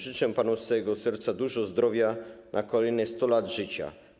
Życzę panu z całego serca dużo zdrowia na kolejne 100 lat życia.